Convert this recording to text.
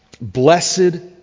blessed